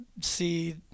see